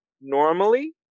normally